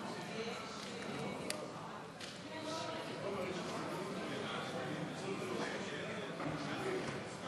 אדוני היושב-ראש, אני רוצה לספר